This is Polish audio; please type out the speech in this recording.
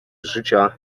życia